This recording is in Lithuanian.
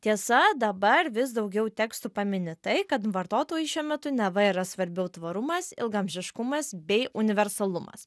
tiesa dabar vis daugiau tekstų pamini tai kad vartotojui šiuo metu neva yra svarbiau tvarumas ilgaamžiškumas bei universalumas